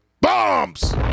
Bombs